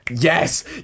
Yes